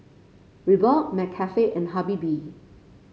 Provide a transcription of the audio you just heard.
Reebok McCafe and Habibie